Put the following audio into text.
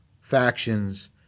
factions